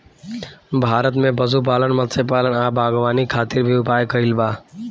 भारत में पशुपालन, मत्स्यपालन आ बागवानी खातिर भी उपाय कइल बा